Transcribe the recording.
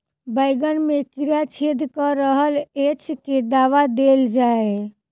बैंगन मे कीड़ा छेद कऽ रहल एछ केँ दवा देल जाएँ?